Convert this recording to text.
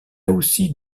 aussi